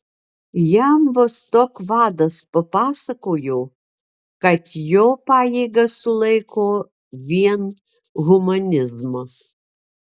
jam vostok vadas papasakojo kad jo pajėgas sulaiko vien humanizmas